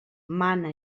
mana